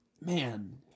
man